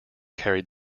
carried